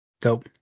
Dope